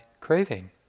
craving